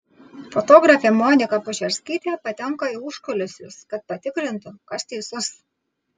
fotografė monika požerskytė patenka į užkulisius kad patikrintų kas teisus